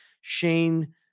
Shane